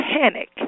panic